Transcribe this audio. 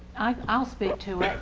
i'll speak to it.